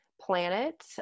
planet